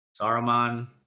Saruman